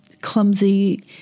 clumsy